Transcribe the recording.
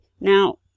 Now